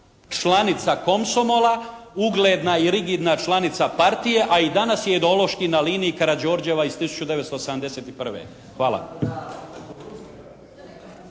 članica Komsomola, ugledna i rigidna članica Partije, a i danas je ideološki na liniji Karađorđeva iz 1971. Hvala.